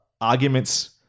arguments